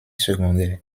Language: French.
secondaire